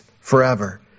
forever